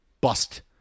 bust